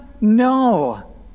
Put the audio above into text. no